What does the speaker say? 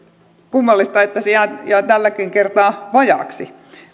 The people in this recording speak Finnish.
kummallista että se jää tälläkin kertaa vajaaksi